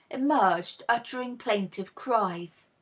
emerged, uttering plaintive cries.